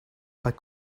pas